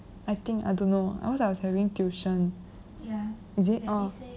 I think I don't know cause I was having tuition is it uh